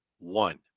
One